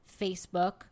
facebook